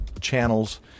channels